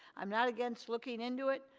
i'm not against looking into it.